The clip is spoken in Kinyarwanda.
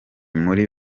muri